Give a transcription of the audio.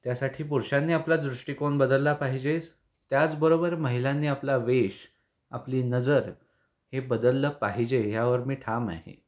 त्यासाठी पुरूषांनी आपला दृष्टिकोण बदलला पाहिजेच त्याचबरोबर महिलांनी आपला वेश आपली नजर हे बदललं पाहिजे ह्यावर मी ठाम आहे